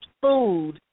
food